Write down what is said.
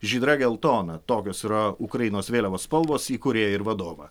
žydra geltona tokios yra ukrainos vėliavos spalvos įkūrėją ir vadovą